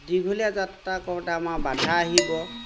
দীঘলীয়া যাত্ৰা কৰোঁতে আমাৰ বাধা আহিব